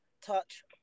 Touch